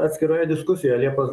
atskiroje diskusijoje liepos